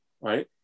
right